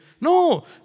No